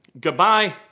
Goodbye